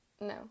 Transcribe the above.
No